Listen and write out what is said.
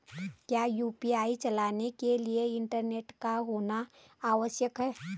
क्या यु.पी.आई चलाने के लिए इंटरनेट का होना आवश्यक है?